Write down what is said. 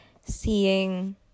seeing